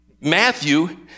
Matthew